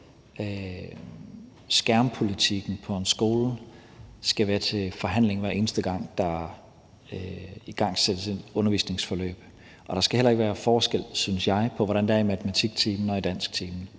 skærmpolitikken på en skole skal være til forhandling, hver eneste gang der igangsættes et undervisningsforløb. Og der skal heller ikke være forskel, synes jeg, på, hvordan det er i matematiktimen og i dansktimen.